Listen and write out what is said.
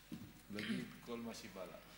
להגיד כל מה שבא לך.